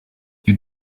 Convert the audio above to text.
you